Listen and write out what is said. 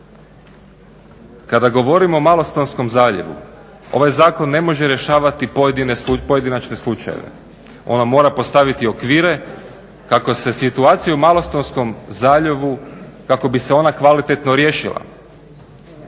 Kada govorimo o Malostonskom zaljevu ovaj zakon ne može rješavati pojedinačne slučajeve. Ono mora postaviti okvire kako se situacija u Malostonskom zaljevu, kako bi se ona kvalitetno riješila.